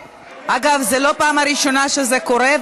אגב, זו לא הפעם הראשונה שזה קורה.